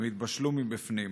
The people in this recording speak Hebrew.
הם התבשלו מבפנים.